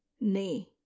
nay